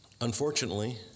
Unfortunately